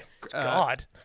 god